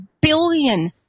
billion